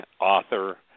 author